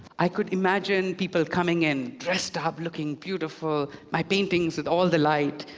i could imagine people coming in, dressed up, looking beautiful, my paintings with all the light,